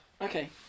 Okay